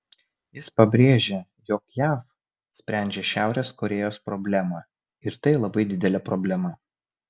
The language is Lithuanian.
jis pabrėžė jog jav sprendžia šiaurės korėjos problemą ir tai labai didelė problema